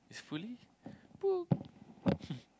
it's fully booked